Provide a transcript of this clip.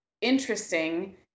interesting